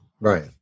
Right